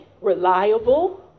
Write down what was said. reliable